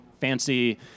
fancy